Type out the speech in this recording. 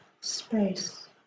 space